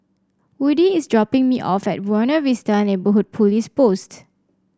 Woodie is dropping me off at Buona Vista Neighbourhood Police Post